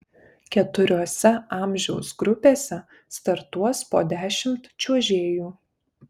keturiose amžiaus grupėse startuos po dešimt čiuožėjų